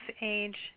age